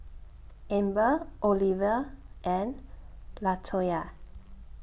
Amber Oliver and Latoya